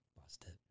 Busted